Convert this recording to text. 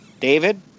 David